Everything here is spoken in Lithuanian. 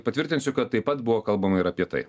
patvirtinsiu kad taip pat buvo kalbama ir apie tai